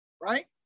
Right